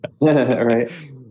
Right